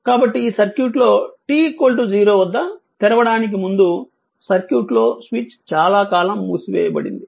కాబట్టి ఈ సర్క్యూట్ లో t 0 వద్ద తెరవడానికి ముందు సర్క్యూట్ లో స్విచ్ చాలా కాలం మూసివేయబడింది